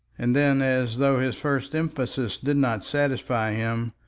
and then as though his first emphasis did not satisfy him,